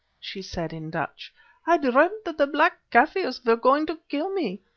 she said, in dutch i dreamed that the black kaffirs were going to kill me.